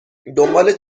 دنبال